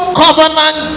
covenant